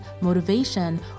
motivation